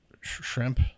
shrimp